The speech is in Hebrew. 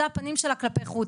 זה הפנים שלה כלפי חוץ.